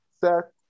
set